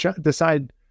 decide